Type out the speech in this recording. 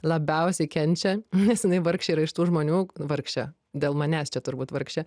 labiausiai kenčia nes jinai vargšė yra iš tų žmonių vargšė dėl manęs čia turbūt vargšė